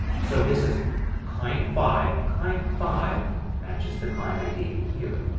so this is client five and client five matches the client id here.